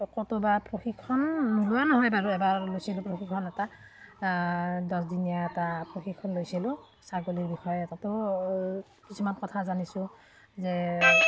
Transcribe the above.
ক'তো বা প্ৰশিক্ষণ নোলোৱা নহয় বাৰু এবাৰ লৈছিলোঁ প্ৰশিক্ষণ এটা দহদিনীয়া এটা প্ৰশিক্ষণ লৈছিলোঁ ছাগলীৰ বিষয়ে তাতো কিছুমান কথা জানিছোঁ যে